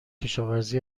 کشاوزی